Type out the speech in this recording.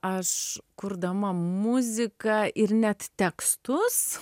aš kurdama muziką ir net tekstus